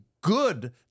good